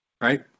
right